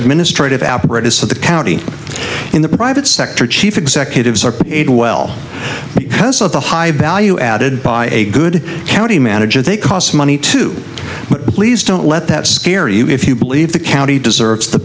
administrative apparatus of the county in the private sector chief executives are paid well because of the high value added by a good county manager they cost money to please don't let that scare you if you believe the county deserves the